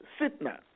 Sitna